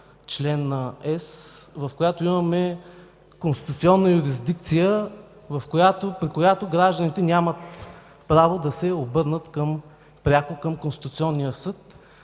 съюз, в която има конституционна юрисдикция, при която гражданите нямат право да се обърнат пряко към Конституционния съд.